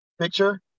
picture